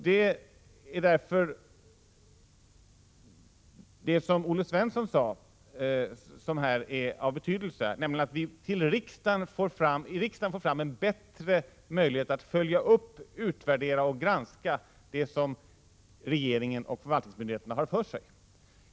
Det är därför det som Olle Svensson sade som här är av betydelse, nämligen att vi i riksdagen bör skaffa oss en bättre möjlighet att följa upp, utvärdera och granska det som regeringen och förvaltningsmyndigheterna har för sig.